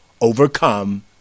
overcome